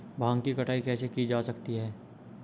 भांग की कटाई कैसे की जा सकती है?